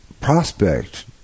prospect